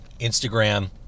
Instagram